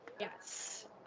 Yes